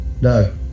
No